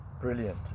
Brilliant